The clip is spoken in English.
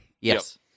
Yes